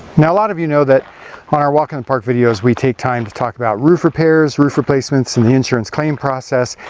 now a lot of you know that on our walk in the and park videos, we take time to talk about roof repairs, roof replacements, and the insurance claim process,